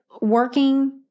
working